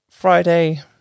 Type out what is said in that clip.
Friday